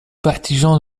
partisan